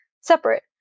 separate